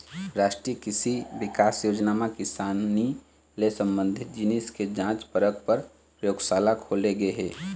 रास्टीय कृसि बिकास योजना म किसानी ले संबंधित जिनिस के जांच परख पर परयोगसाला खोले गे हे